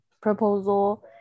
proposal